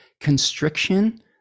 constriction